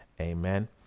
Amen